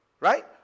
right